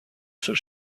seul